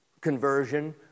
conversion